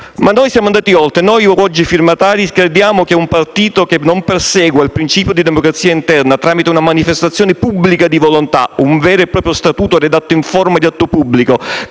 Ma noi siamo andati oltre. Noi firmatari oggi crediamo che un partito che non persegua il principio di democrazia interna tramite una manifestazione pubblica di volontà, un vero e proprio statuto redatto in forma di atto pubblico,